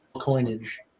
coinage